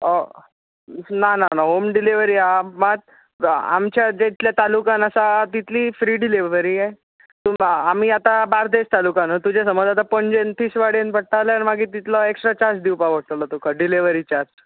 ओ ना ना ना होम डिलीवरी आहा मात आमच्या जितले तालुकान आहा तितली फ्री डिलीवरी आमी आतां बार्देस तालुका तुजे जर आतां समज पणजेन तिसवाडीन पडटा जाल्यार तितलो तुका एक्सट्रा चार्ज दिवपा पडटलो डिलीवरी चार्ज